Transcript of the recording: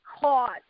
caught